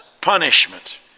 punishment